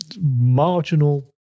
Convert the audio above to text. marginal